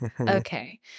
Okay